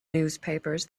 newspapers